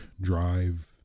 drive